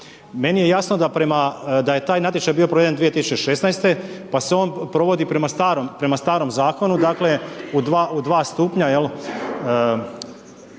Meni je jasno da prema, da je taj natječaj bio proveden 2016. pa se on provodi prema starom zakoni, dakle u dva stupnja,